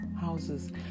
houses